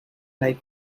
like